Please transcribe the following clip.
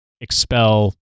expel